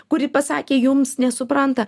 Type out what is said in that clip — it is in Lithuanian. kuri pasakė jums nesupranta